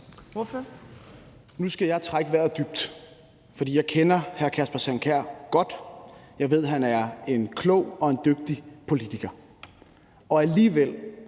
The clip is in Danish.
Nu skal jeg trække vejret dybt, for jeg kender hr. Kasper Sand Kjær godt. Jeg ved, han er en klog og dygtig politiker,